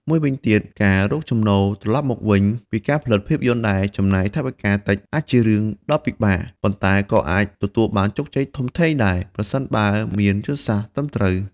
មួយវិញទៀត ការរកចំណូលត្រឡប់មកវិញពីការផលិតភាពយន្តដែលចំណាយថវិកាតិចអាចជារឿងដ៏ពិបាក ប៉ុន្តែក៏អាចទទួលបានជោគជ័យធំធេងដែរ ប្រសិនបើមានយុទ្ធសាស្ត្រត្រឹមត្រូវ។